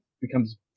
becomes